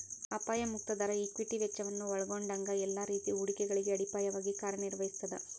ಅಪಾಯ ಮುಕ್ತ ದರ ಈಕ್ವಿಟಿ ವೆಚ್ಚವನ್ನ ಒಲ್ಗೊಂಡಂಗ ಎಲ್ಲಾ ರೇತಿ ಹೂಡಿಕೆಗಳಿಗೆ ಅಡಿಪಾಯವಾಗಿ ಕಾರ್ಯನಿರ್ವಹಿಸ್ತದ